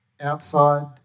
outside